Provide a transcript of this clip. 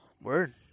Word